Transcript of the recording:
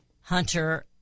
Hunter